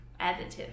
additive